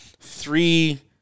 three